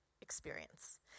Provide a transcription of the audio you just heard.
experience